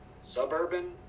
suburban